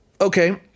okay